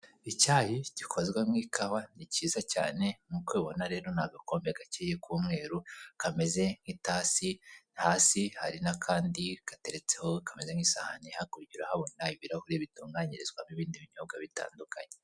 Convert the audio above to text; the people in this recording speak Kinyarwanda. Icyayi gikozwe mu ikawa ni cyiza cyane. Nk'uko ubibona rero ni agakombe gakeye k'umweru kameze nk'itasi, hasi hari n'akandi gateretseho kameze nk'isahani, hakurya urahabona habona ibirahure bitunganyirizwamo ibindi binyobwa bitandukanye.